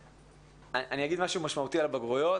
אני אגיד משהו משמעותי על הבגרויות: